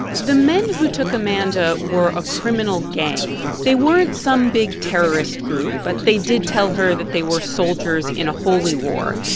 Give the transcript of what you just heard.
the men who took amanda were a criminal gang. they weren't some big terrorist group. but they did tell her that they were soldiers in a holy war.